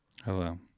Hello